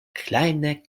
kleine